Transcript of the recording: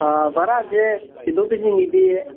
ꯚꯔꯥꯁꯦ ꯊꯤꯟꯗꯣꯛ ꯊꯤꯟꯖꯤꯟꯒꯤꯗꯤ